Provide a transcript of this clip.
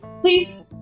please